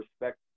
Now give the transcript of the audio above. respect